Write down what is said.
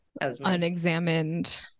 unexamined